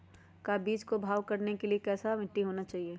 का बीज को भाव करने के लिए कैसा मिट्टी होना चाहिए?